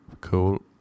cool